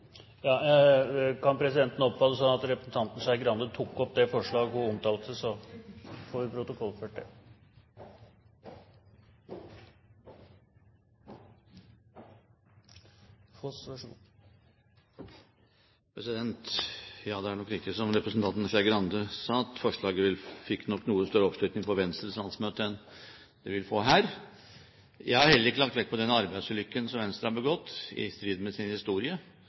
Skei Grande tatt opp det forslaget hun refererte til. Ja, det er nok riktig, som representanten Skei Grande sa, at forslaget fikk noe større oppslutning på Venstres landsmøte enn det vil få her. Jeg har heller ikke lagt vekt på den arbeidsulykken som Venstre har begått, i strid med sin historie,